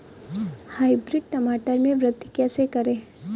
Hybrid टमाटर में वृद्धि कैसे करें?